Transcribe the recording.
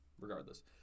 regardless